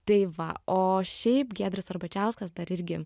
tai va o šiaip giedrius arbačiauskas dar irgi